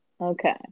Okay